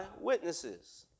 witnesses